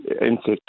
insect